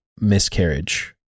miscarriage